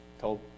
told